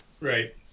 Right